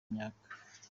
imyaka